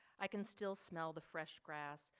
i can still smell the fresh grass.